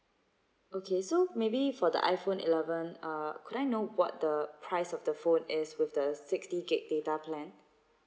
okay so maybe for the iPhone eleven err could can I know what the price of the phone is with the sixty gig data plan